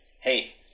Hey